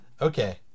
Okay